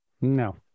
No